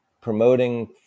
promoting